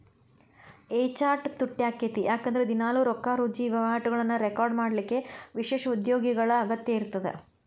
A chart ತುಟ್ಯಾಕ್ಕೇತಿ ಯಾಕಂದ್ರ ದಿನಾಲೂ ರೊಕ್ಕಾರುಜಿ ವಹಿವಾಟುಗಳನ್ನ ರೆಕಾರ್ಡ್ ಮಾಡಲಿಕ್ಕ ವಿಶೇಷ ಉದ್ಯೋಗಿಗಳ ಅಗತ್ಯ ಇರ್ತದ